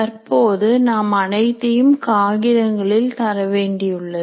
தற்போது நாம் அனைத்தையும் காகிதங்களில் தர வேண்டியுள்ளது